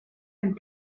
and